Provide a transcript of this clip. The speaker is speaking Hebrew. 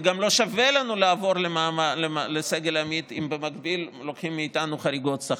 וגם לא שווה לנו לעבור לסגל עמית אם במקביל לוקחים מאיתנו חריגות שכר.